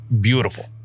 Beautiful